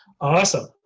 Awesome